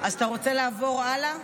אז אתה רוצה לעבור הלאה?